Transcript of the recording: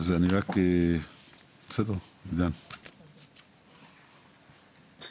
בסדר, עידן, בבקשה.